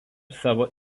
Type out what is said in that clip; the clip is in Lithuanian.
savo